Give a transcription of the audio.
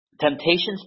Temptations